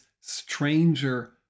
stranger